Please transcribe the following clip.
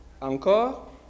Encore